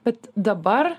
bet dabar